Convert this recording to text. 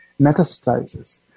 metastasizes